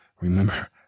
remember